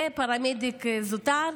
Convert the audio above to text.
ופרמדיק זוטר,